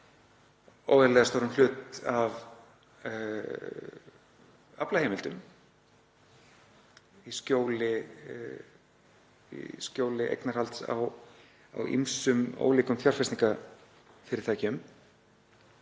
óvenjulega stóran hlut af aflaheimildum í skjóli eignarhalds á ýmsum ólíkum fjárfestingarfyrirtækjum,